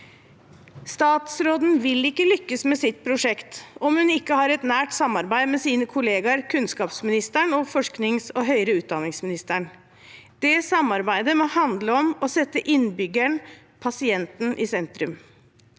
Statsråden vil ikke lykkes med sitt prosjekt om hun ikke har et nært samarbeid med sine kollegaer kunnskapsministeren og forsknings- og høyere utdanningsministeren. Det samarbeidet må handle om å sette innbyggeren – pasienten – i sentrum.